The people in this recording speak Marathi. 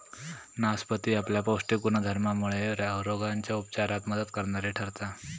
नासपती आपल्या पौष्टिक गुणधर्मामुळे रोगांच्या उपचारात मदत करणारी ठरता